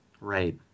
Right